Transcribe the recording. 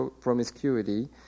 promiscuity